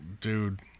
dude